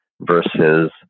versus